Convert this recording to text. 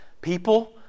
people